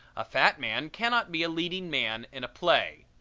a fat man cannot be a leading man in a play.